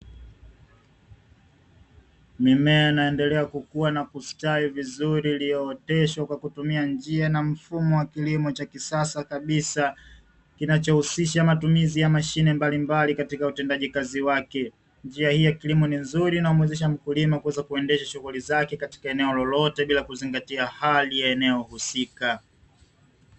Mimea inaendelea kukua na kustawi vizuri iliyooteshwa kwa kutumia njia na mfumo wa kilimo cha kisasa kabisa, kinachohusisha matumizi ya mashine mbalimbali katika utendaji kazi wake, njia hii ya kilimo ni nzuri na humuwezesha mkulima kuweza kuendesha shughuli zake katika eneo lolote bila kuzingatia hali ya eneo husika.